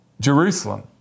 Jerusalem